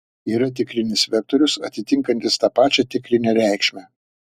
yra tikrinis vektorius atitinkantis tą pačią tikrinę reikšmę